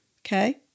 Okay